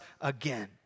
again